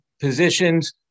positions